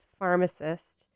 Pharmacist